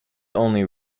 only